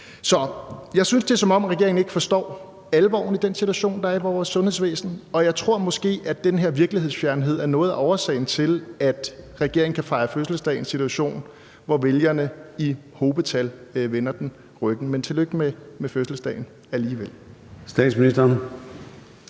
jeg synes, det er, som om regeringen ikke forstår alvoren i den situation, der er i vores sundhedsvæsen, og jeg tror måske, at den her virkelighedsfjernhed er noget af årsagen til, at regeringen kan fejre sin fødselsdag i en situation, hvor vælgerne i hobetal vender den ryggen. Men alligevel tillykke med fødselsdagen. Kl. 14:09 Formanden